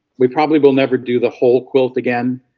we probably will never do the whole quilt again,